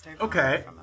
Okay